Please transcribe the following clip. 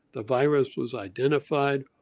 the virus was identified.